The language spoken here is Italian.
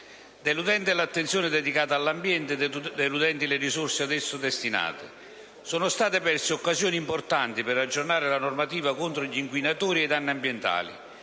deludente l'attenzione dedicata all'ambiente, deludenti le risorse ad esso destinate. Sono state perse occasioni importanti per aggiornare la normativa contro gli inquinatori e i danni ambientali,